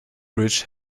bridge